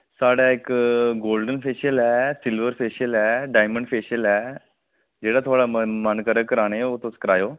साढ़ै इक golden facial ऐ सिल्वर फेशिअल ऐ डायमंड फेशिअल ऐ जेह्ड़ा थुहाड़ा मन मन करै कराने ओह् तुस कराएओ